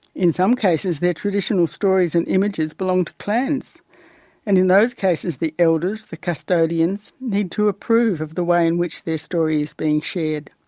in some cases their traditional stories and images belong to clans and in those cases the elders, the custodians, need to approve of the way in which their story is being shared.